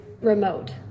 remote